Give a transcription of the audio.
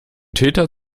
täter